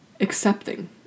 accepting